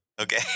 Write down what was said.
Okay